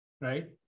right